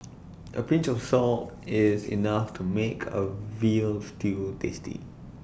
A pinch of salt is enough to make A Veal Stew tasty